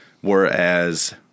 whereas –